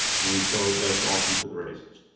and so that's often to the races.